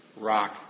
rock